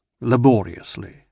laboriously